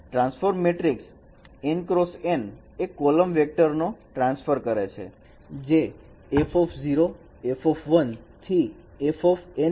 transform matrix એ column vector ને transfer કરે છે જે F F